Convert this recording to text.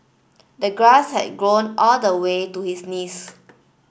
the grass had grown all the way to his knees